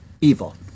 evil